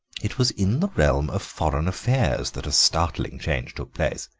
it was in the realm of foreign affairs that a startling change took place.